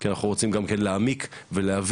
כי אנחנו רוצים גם כן להעמיק ולהבין